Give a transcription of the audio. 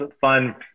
fun